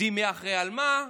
יודעים מי אחראי למה,